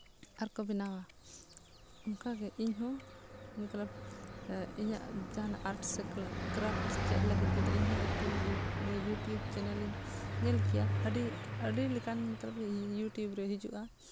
ᱠᱚ ᱵᱮᱱᱟᱣᱟ ᱚᱱᱠᱟ ᱜᱮ ᱤᱧᱦᱚᱸ ᱢᱚᱛᱞᱚᱵ ᱤᱧᱟᱹᱜ ᱟᱨᱴ ᱥᱮ ᱠᱨᱟᱯᱷᱴ ᱪᱮᱫ ᱛᱮᱫᱚ ᱤᱧ ᱦᱚᱸ ᱠᱤᱱᱛᱩ ᱤᱭᱩᱴᱩᱵᱽ ᱪᱮᱱᱮᱞ ᱤᱧ ᱧᱮᱞ ᱠᱮᱜᱼᱟ ᱟᱹᱰᱤ ᱟᱹᱰᱤ ᱞᱮᱠᱟᱱ ᱢᱚᱛᱞᱚᱵ ᱤᱭᱩᱴᱩᱵᱽ ᱨᱮ ᱦᱤᱡᱩᱜᱼᱟ